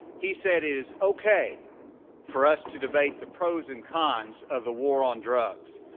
he said it is okay for us to debate the pros and cons of the war on drugs.